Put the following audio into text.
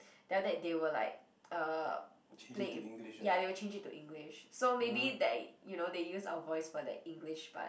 then after that they will like uh play it ya they will change it to English so maybe that you know they use our voice for the English part